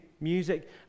music